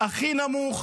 הכי נמוך,